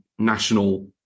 National